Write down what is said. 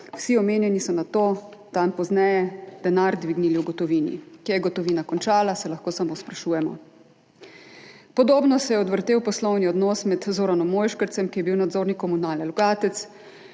vsi omenjeni so nato, dan pozneje, denar dvignili v gotovini. Kje je gotovina končala, se lahko samo sprašujemo. Podobno se je odvrtel poslovni odnos med Zoranom Mojškercem, ki je bil nadzornik Komunalnega